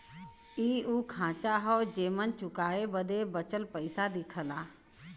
इ उ खांचा हौ जेमन चुकाए बदे बचल पइसा दिखला